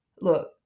Look